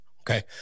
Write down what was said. Okay